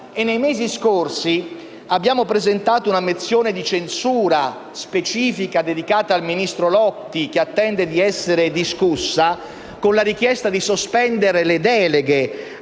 Nei mesi scorsi abbiamo presentato una mozione di censura specifica, dedicata al ministro Lotti, che attende di essere discussa, con la richiesta di sospendere le deleghe